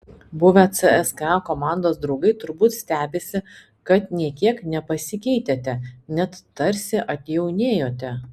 buvę cska komandos draugai turbūt stebisi kad nė kiek nepasikeitėte net tarsi atjaunėjote